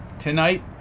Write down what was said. Tonight